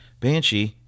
Banshee